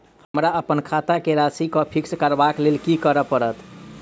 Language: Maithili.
हमरा अप्पन खाता केँ राशि कऽ फिक्स करबाक लेल की करऽ पड़त?